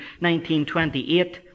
1928